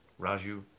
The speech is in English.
Raju